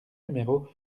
numéro